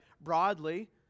broadly